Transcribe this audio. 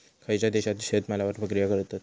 खयच्या देशात शेतमालावर प्रक्रिया करतत?